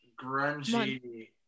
Grungy